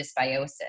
dysbiosis